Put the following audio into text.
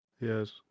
Yes